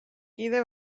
kide